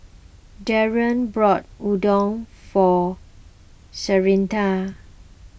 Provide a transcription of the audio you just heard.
Darian bought Udon for Syreeta